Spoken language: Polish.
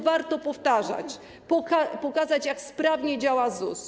Warto powtarzać, pokazać, jak sprawnie działa ZUS.